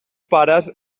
pares